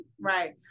right